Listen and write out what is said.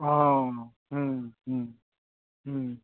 अ